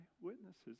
witnesses